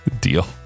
deal